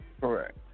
Correct